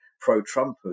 pro-Trumpers